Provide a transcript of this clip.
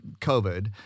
COVID